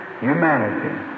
humanity